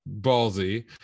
ballsy